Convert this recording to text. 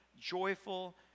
joyful